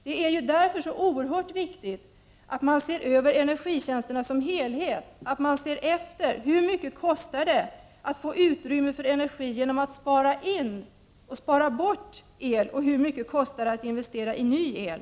Det är därför oerhört viktigt att se över energitjänsterna som helhet, att se efter hur mycket det kostar att få utrymme för energi genom att spara in och spara bort el och hur mycket det kostar att investera i ny el.